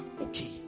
okay